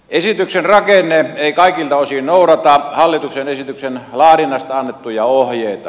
esityksen rakenne ei kaikilta osin noudata hallituksen esityksen laadinnasta annettuja ohjeita